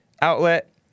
Outlet